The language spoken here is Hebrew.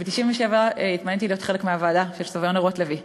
וב-1997 התמניתי לוועדה של סביונה רוטלוי,